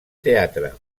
teatre